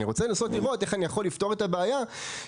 אבל אני רוצה לנסות ולראות איך אני יכול לפתור את הבעיה שבה